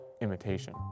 imitation